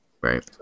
right